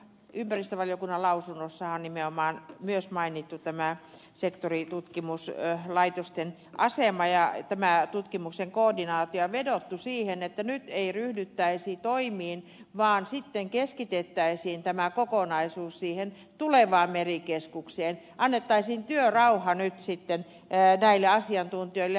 ympäristövaliokunnan lausunnossahan nimenomaan on myös mainittu sektoritutkimuslaitosten asema ja tämän tutkimuksen koordinaatio ja vedottu siihen että nyt ei ryhdyttäisi toimiin vaan keskitettäisiin tämä kokonaisuus siihen tulevaan merikeskukseen annettaisiin työrauha nyt näille asiantuntijoille